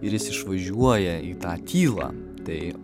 ir jis išvažiuoja į tą tylą tai